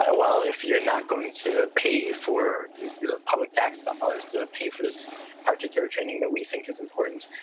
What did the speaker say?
ah well, if you're not going to pay for use ah public tax dollars to pay for this particular training that we think is important,